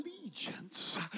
allegiance